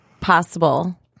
possible